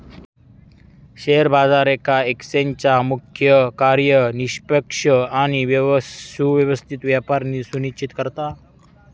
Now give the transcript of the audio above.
share बाजार येका एक्सचेंजचा मुख्य कार्य निष्पक्ष आणि सुव्यवस्थित व्यापार सुनिश्चित करता